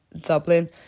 Dublin